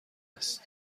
است